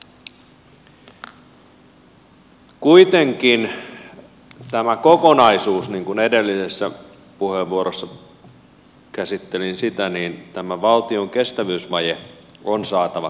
kuitenkin tämä kokonaisuus niin kuin edellisessä puheenvuorossani käsittelin sitä tämä valtion kestävyysvaje on saatava kuntoon